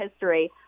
history